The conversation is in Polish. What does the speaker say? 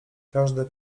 każde